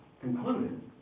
concluded